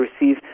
receive